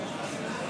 תודה רבה,